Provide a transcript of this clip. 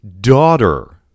daughter